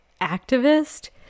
activist